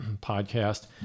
podcast